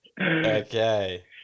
okay